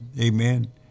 Amen